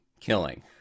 killing